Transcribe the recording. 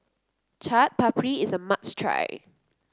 Chaat Papri is a must try